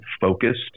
focused